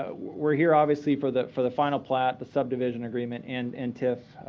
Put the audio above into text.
ah we're here obviously for the for the final plat, the subdivision agreement, and and tiff,